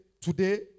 today